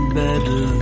better